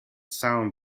sound